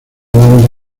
dando